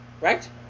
right